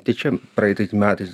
tai čia praeitais metais